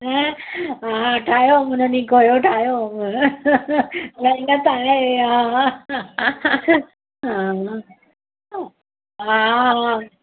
न हा ठाहियो उन ॾींहुं कयो ठाहियो न ईअं त हाणे हा हा अ हा